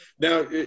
Now